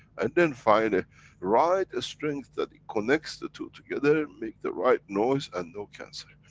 and then find a right strength, that it connects the two together, make the right noise, and no cancer.